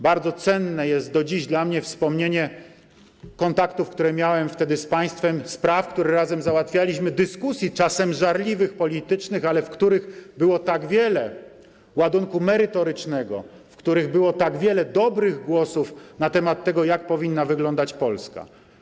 Bardzo cenne jest dla mnie wspomnienie kontaktów, które miałem wtedy z Państwem, spraw, które razem załatwialiśmy, dyskusji, czasem żarliwych, politycznych, ale w których było tak wiele ładunku merytorycznego, w których było tak wiele dobrych głosów na temat tego, jak powinna wyglądać Polska.